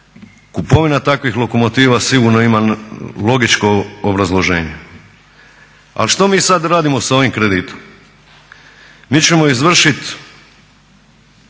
kupovina takvih lokomotiva sigurno ima logičko obrazloženje. Ali što mi sad radimo s ovim kreditom? Mi ćemo izvršiti